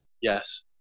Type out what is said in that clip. Yes